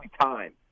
time